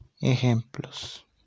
ejemplos